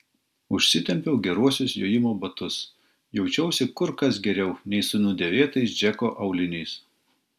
užsitempiau geruosius jojimo batus jaučiausi kur kas geriau nei su nudėvėtais džeko auliniais